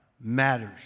matters